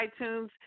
iTunes